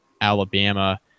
Alabama